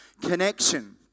connection